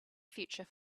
future